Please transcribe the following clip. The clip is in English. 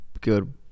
good